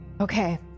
Okay